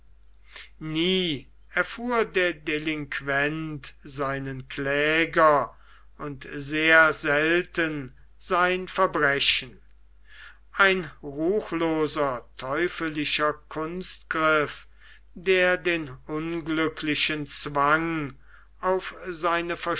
nie erfuhr der delinquent seinen kläger und sehr selten sein verbrechen ein ruchloser teuflischer kunstgriff der den unglücklichen zwang auf seine